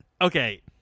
okay